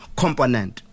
component